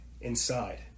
inside